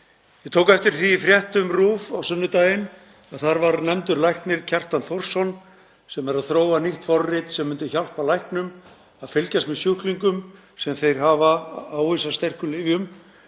Ég tók eftir því í fréttum RÚV á sunnudaginn að þar var nefndur læknir, Kjartan Þórsson, sem er að þróa nýtt forrit sem myndi hjálpa læknum að fylgjast með sjúklingum sem þeir hafa ávísað sterkum lyfjum